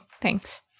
thanks